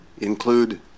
include